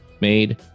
made